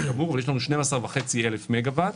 יש לנו 12,500 מגה-ואט,